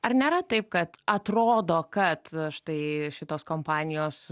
ar nėra taip kad atrodo kad štai šitos kompanijos